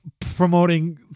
promoting